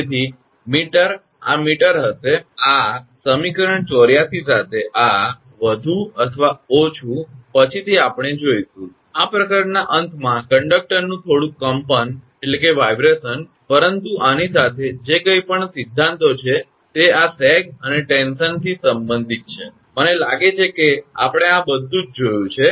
તેથી મીટર આ મીટર હશે આ સમીકરણ 84 સાથે આ વધુ અથવા ઓછુ પછીથી આપણે જોઇશું આ પ્રકરણના અંતમાં કંડક્ટરનું થોડુંક કંપન વાઇબ્રેશન પરંતુ આની સાથે જે કંઈ પણ સિદ્ધાંતો છે તે આ સેગ અને ટેન્શનથી સંબંધિત છે મને લાગે છે કે આપણે આ બધું જ જોયું છે